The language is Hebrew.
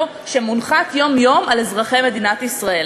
שמונְחָת יום-יום על אזרחי מדינת ישראל.